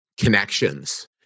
connections